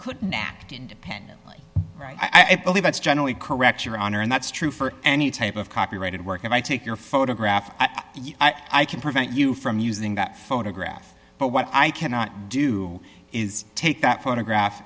couldn't act independently right i believe that's generally correct your honor and that's true for any type of copyrighted work if i take your photograph i can prevent you from using that photograph but what i cannot do is take that photograph